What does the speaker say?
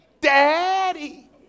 daddy